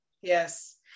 yes